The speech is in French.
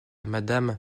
madame